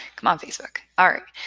come on facebook. ah